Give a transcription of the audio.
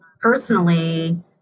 Personally